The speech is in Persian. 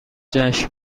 جشن